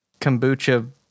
Kombucha